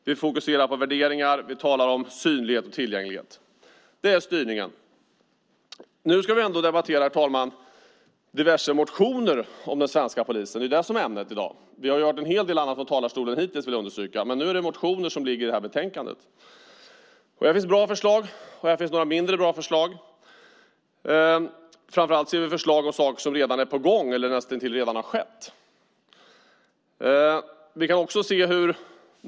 Vi fokuserar på värderingar. Vi talar om synlighet och tillgänglighet. Nu ska vi debattera diverse motioner om den svenska polisen. Det är ämnet i dag. Vi har hört en hel annat från talarstolen hittills. Nu handlar det om motioner som behandlas i betänkandet. Det finns bra förslag och det finns några mindre bra förslag. Det är framför allt förslag om sådant som redan är på gång eller i det närmaste redan har skett.